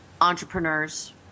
entrepreneurs